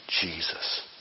Jesus